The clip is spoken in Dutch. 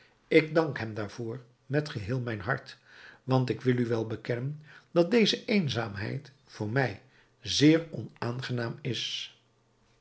ik dank hem daarvoor met geheel mijn hart want ik wil u wel bekennen dat deze eenzaamheid voor mij zeer onaangenaam is